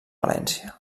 valència